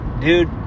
dude